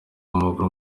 w’amaguru